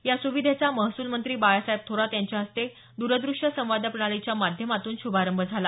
या सुविधेचा महसुलमंत्री बाळासाहेब थोरात यांच्या हस्ते द्रद्श्य संवाद प्रणालीच्या माध्यमातून शुभारंभ झाला